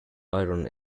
iron